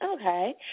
okay